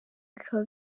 bikaba